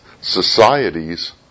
societies